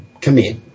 commit